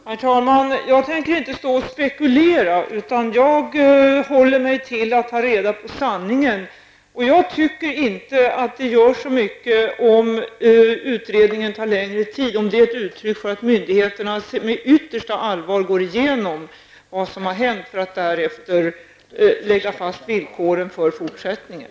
Herr talman! Jag tänker inte stå och spekulera, utan jag håller mig till att ta reda på sanningen. Jag tycker inte att det gör så mycket om utredningen tar längre tid, om det är ett uttryck för att myndigheterna går igenom vad som har hänt med yttersta allvar för att därefter lägga fast villkoren för fortsättningen.